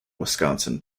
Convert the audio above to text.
wisconsin